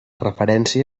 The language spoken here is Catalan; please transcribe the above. referència